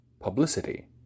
publicity